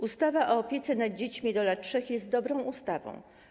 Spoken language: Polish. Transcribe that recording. Ustawa o opiece nad dziećmi do lat 3 jest dobrą ustawą.